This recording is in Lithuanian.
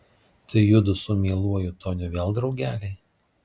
tai judu su mieluoju toniu vėl draugeliai